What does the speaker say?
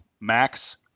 Max